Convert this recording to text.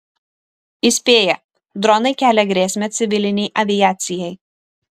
įspėja dronai kelia grėsmę civilinei aviacijai